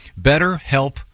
BetterHelp